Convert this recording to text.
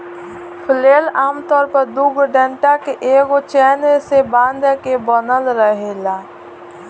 flail आमतौर पर दुगो डंडा के एगो चैन से बांध के बनल रहेला